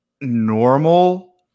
normal